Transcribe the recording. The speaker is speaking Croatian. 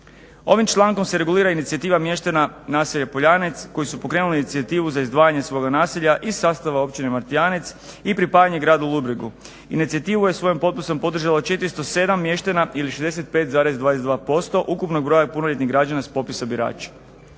Ovim člankom se regulira inicijativa mještana naselja POljanec koji su pokrenuli inicijativu za izdvajanje svoga naselja iz sastava Općine Martijanec i pripajanje gradu Ludbregu. Inicijativu je svojim potpisom podržalo 407 mještana ili 65,22% ukupnog broja punoljetnih građana s popisa birača.